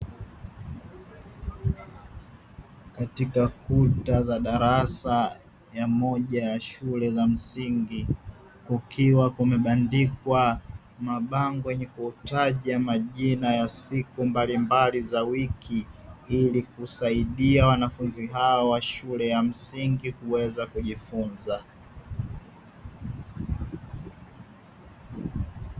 Katika kuta za darasa ya moja ya shule za msingi kukiwa kumebandikwa mabango yenye kutaja majina ya siku mbalimbali za wiki, ili kusaidia wanafunzi hao wa shule ya msingi kuweza kujifunza.